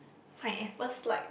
pineapple slide